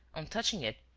on touching it,